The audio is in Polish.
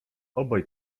obaj